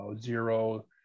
zero